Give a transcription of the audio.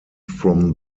from